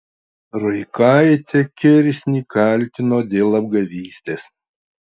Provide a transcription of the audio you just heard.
ruikaitė kirsnį kaltino dėl apgavystės